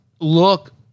look